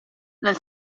nel